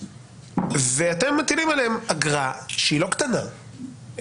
ואתם מטילים עליהם אגרה שהיא לא קטנה,